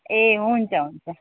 ए हुन्छ हुन्छ